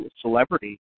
celebrity